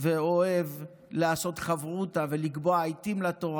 ואוהב לעשות חברותא ולקבוע עיתים לתורה.